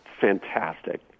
fantastic